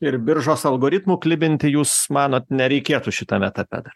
ir biržos algoritmų klibinti jūs manot nereikėtų šitam etape